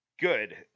good